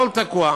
הכול תקוע.